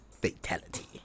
Fatality